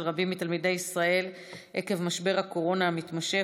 רבים מתלמידי ישראל עקב משבר הקורונה המתמשך,